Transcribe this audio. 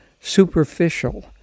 superficial